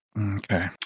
okay